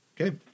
Okay